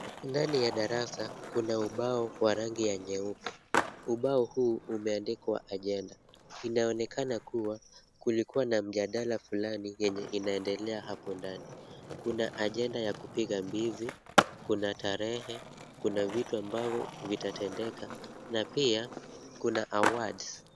Ndani ya darasa kuna ubao wa rangi ya nyeupe. Ubao huu umeandikwa ajenda. Inaonekana kuwa, kulikuwa na mjadala fulani yenye inaendelea hapo ndani. Kuna ajenda ya kupiga mbizi, kuna tarehe, kuna vitu ambavyo vitatendeka na pia kuna awards .